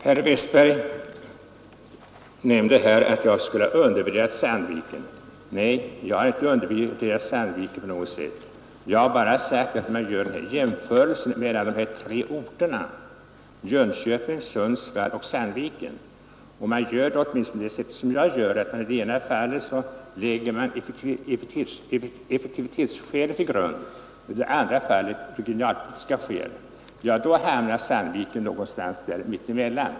Herr Westberg i Ljusdal sade i sin replik att jag skulle ha undervärderat Sandviken. Nej, jag har inte undervärderat Sandviken på något sätt. Jag har bara sagt att Sandviken — om man vid en jämförelse mellan de tre orterna Jönköping, Sundsvall och Sandviken i det ena fallet lägger effektivitetsskäl och i det andra fallet regionalpolitiska skäl till grund för bedömningen — hamnar Sandviken någonstans mitt emellan.